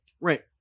Right